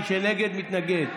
מי שנגד, מתנגד.